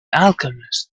alchemist